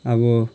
अब